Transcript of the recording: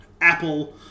Apple